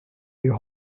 you